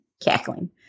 cackling